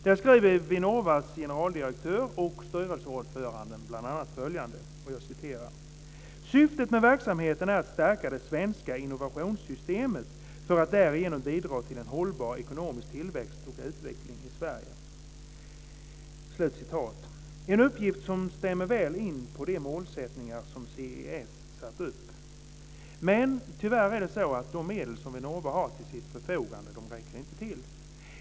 Där skriver Vinnovas generaldirektör och styrelseordförande bl.a. följande: Syftet med verksamheten är att stärka det svenska innovationssystemet för att därigenom bidra till en hållbar ekonomisk tillväxt och utveckling i Detta är en uppgift som väl stämmer överens med de målsättningar som CES har satt upp men de medel som Vinnova har till sitt förfogande räcker tyvärr inte till.